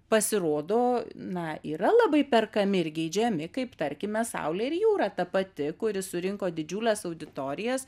pasirodo na yra labai perkami ir geidžiami kaip tarkime saulė ir jūra ta pati kuri surinko didžiules auditorijas